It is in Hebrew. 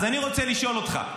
אז אני רוצה לשאול אותך.